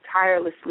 tirelessly